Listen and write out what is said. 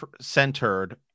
centered –